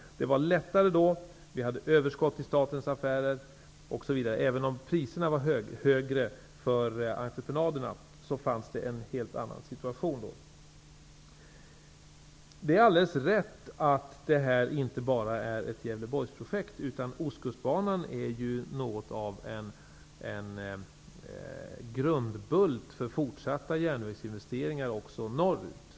Det var lättare då. Det var överskott i statens affärer. Även om priserna för entrepenaderna var högre, var situationen helt annorlunda. Det är alldeles rätt att detta inte bara är ett Gävleborgsprojekt. Ostkustbanan är något av en grundbult för fortsatta järnvägsinvesteringar också norrut.